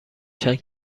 چند